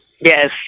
Yes